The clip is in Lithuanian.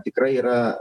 tikrai yra